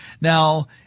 Now –